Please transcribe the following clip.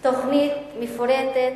תוכנית מפורטת.